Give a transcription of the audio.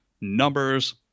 numbers